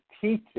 teaching